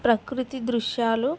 ప్రకృతి దృశ్యాలు